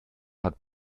hat